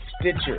Stitcher